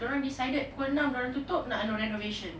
dorang decided pukul enam tutup nak anuh renovation renovation